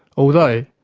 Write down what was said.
although,